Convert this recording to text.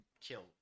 killed